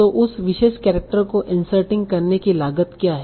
तो उस विशेष केरेक्टर को इन्सरटिंग करने कि लागत क्या है